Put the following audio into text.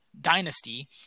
dynasty